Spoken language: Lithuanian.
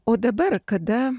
o dabar kada